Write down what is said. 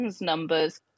Numbers